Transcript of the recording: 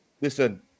listen